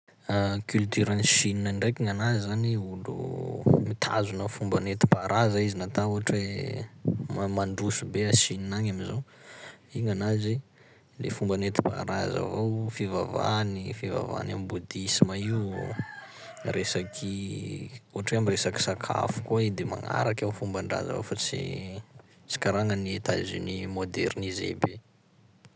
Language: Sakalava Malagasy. Culture any Chine ndraiky gn'anazy zany olo mitazona fomba nentim-paharaza izy nata ohatry hoe ma- mandroso be à Chine agny am'izao, i gn'anazy le fomba nentim-paharaza avao, fivavahany, fivavahany am' Bouddhisme io, resaky- ohatry hoe am'resaky sakafo koa i de magnaraky ao fomban-draza fa tsy- tsy karaha gnan'ny Etats-Unis modernisé be.